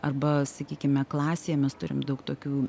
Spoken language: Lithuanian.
arba sakykime klasėje mes turim daug tokių